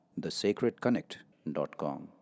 thesacredconnect.com